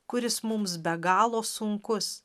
kuris mums be galo sunkus